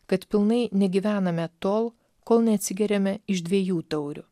kad pilnai negyvename tol kol neatsigeriame iš dviejų taurių